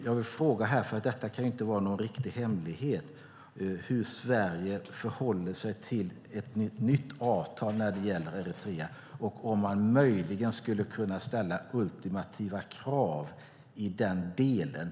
Jag vill fråga, för detta kan inte vara någon riktig hemlighet, hur Sverige förhåller sig till ett nytt avtal när det gäller Eritrea och om man möjligen skulle kunna ställa ultimativa krav i den delen.